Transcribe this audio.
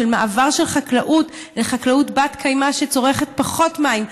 של מעבר של חקלאות לחקלאות בת-קיימא שצורכת פחות מים.